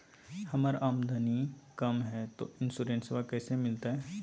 हमर आमदनी कम हय, तो इंसोरेंसबा कैसे मिलते?